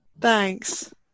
Thanks